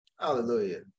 hallelujah